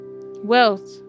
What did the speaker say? wealth